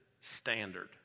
standard